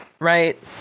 right